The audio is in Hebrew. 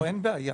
אין בעיה,